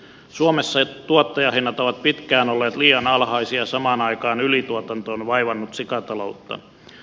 suomessa tuottajahinnat ovat pitkään olleet liian alhaisia samaan aikaan ylituotanto on vaivannut sikataloutta